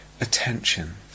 Attention